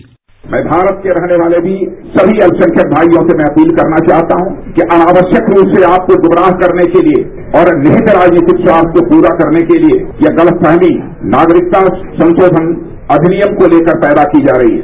bite Rajnath Singh मैं भारत के रहने वाले भी सब अल्पसंख्यक माईयों से मैं अपील करना चाहता हूं कि अनावश्यक रूप से आपको गुमराह करने के लिए और निहित राजनीतिक स्वार्थ को पूरा करने के लिए यह गलतफहमी नागरिकता संशोधन अधिनियम को लेकर पैदा की जा रही है